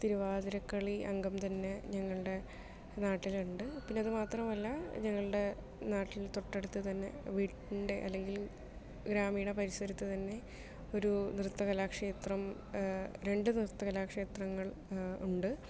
തിരുവാതിര കളി അംഗം തന്നെ ഞങ്ങളുടെ നാട്ടിലുണ്ട് പിന്നെ അത് മാത്രമല്ല നമ്മുടെ നാട്ടിൽ തൊട്ടടുത്ത് തന്നെ വീട്ടിൻ്റെ അല്ലെങ്കിൽ ഗ്രാമീണ പരിസരത്ത് തന്നെ ഒരു നൃത്തകലാ ക്ഷേത്രം രണ്ട് നൃത്തകലാ ക്ഷേത്രങ്ങൾ ഉണ്ട്